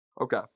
Okay